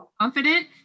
confident